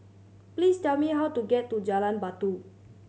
please tell me how to get to Jalan Batu